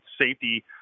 safety